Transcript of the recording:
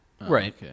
Right